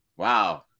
Wow